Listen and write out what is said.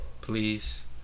Please